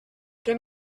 què